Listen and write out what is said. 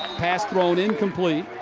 pass thrown, incomplete.